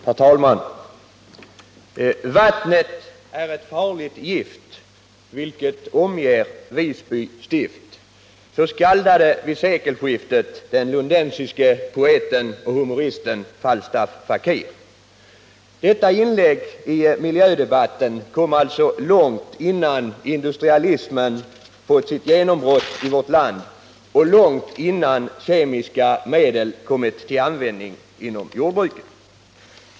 Herr talman! ”Vattnet är ett farligt gift, vilket omger Visby stift.” Så skaldade vid sekelskiftet den lundensiske poeten och humoristen Falstaff, fakir. Detta inlägg i miljödebatten kom alltså långt innan industrialismen fått sitt genombrott i vårt land och långt innan kemiska medel kom till användning inom jordbruket.